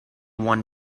one